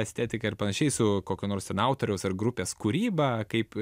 estetiką ir panašiai su kokio nors ten autoriaus ar grupės kūryba kaip